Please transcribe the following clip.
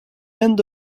end